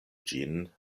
ĝin